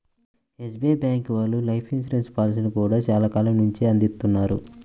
SBI bank వాళ్ళు life insurance పాలసీలను గూడా చానా కాలం నుంచే అందిత్తన్నారు